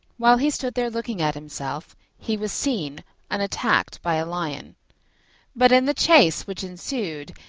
while he stood there looking at himself, he was seen and attacked by a lion but in the chase which ensued,